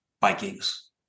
Vikings